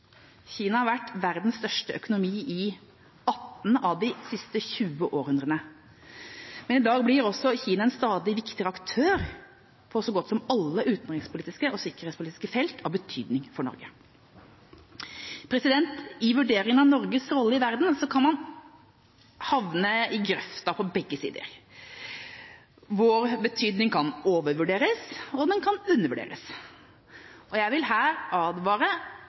Kina har vært verdens største økonomi i 18 av de siste 20 århundrene. Men i dag blir Kina også en stadig viktigere aktør på så godt som alle utenrikspolitiske og sikkerhetspolitiske felt av betydning for Norge. I vurderingen av Norges rolle i verden kan man havne i grøfta på begge sider. Vår betydning kan overvurderes, og den kan undervurderes. Jeg vil her advare